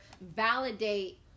validate